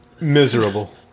miserable